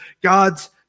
God's